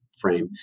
frame